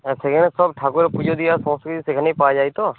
আচ্ছা সেখানে সব ঠাকুরের পুজো দেওয়ার সমস্ত কিছু সেখানেই পাওয়া যায় তো